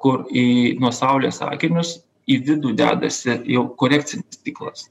kur į nuo saulės akinius į vidų dedasi jau korekcinis stiklas